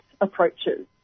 approaches